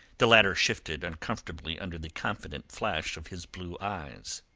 the latter shifted uncomfortably under the confident flash of his blue eyes.